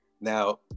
Now